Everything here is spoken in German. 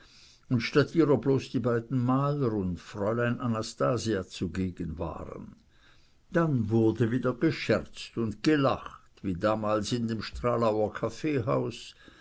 und statt ihrer bloß die beiden maler und fräulein anastasia zugegen waren dann wurde wieder gescherzt und gelacht wie damals in dem stralauer kaffeehaus